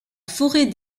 forêt